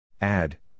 Add